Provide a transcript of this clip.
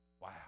Wow